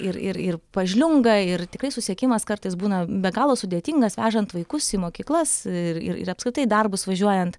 ir ir ir pažliunga ir tikrai susiekimas kartais būna be galo sudėtingas vežant vaikus į mokyklas ir ir ir apskritai į darbus važiuojant